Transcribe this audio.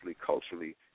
culturally